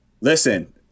Listen